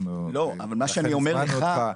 לכן הזמנו אותך.